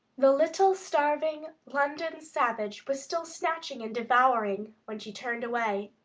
the little starving london savage was still snatching and devouring when she turned away.